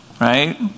right